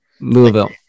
louisville